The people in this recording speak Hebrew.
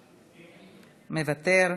מוותר.